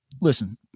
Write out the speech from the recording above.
Listen